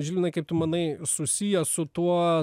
žilvinai kaip tu manai susiję su tuo